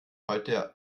heute